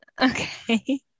Okay